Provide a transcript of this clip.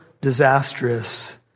disastrous